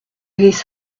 his